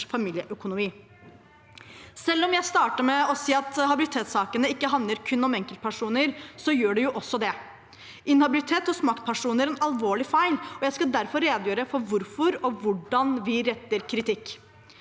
familieøkonomi. Selv om jeg startet med å si at habilitetssakene ikke handler kun om enkeltpersoner, så gjør de også det. Inhabilitet hos maktpersoner er en alvorlig feil. Jeg skal derfor redegjøre for hvorfor og hvordan vi retter kritikk.